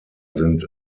sind